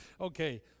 Okay